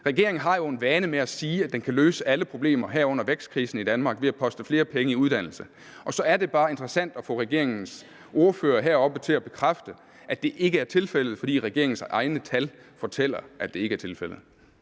Regeringen har jo en vane med at sige, at den kan løse alle problemer, herunder vækstkrisen i Danmark, ved at poste flere penge i uddannelse, og så er det bare interessant at få regeringens ordfører heroppe til at bekræfte, at det ikke er tilfældet, fordi regeringens egne tal fortæller, at det ikke er tilfældet.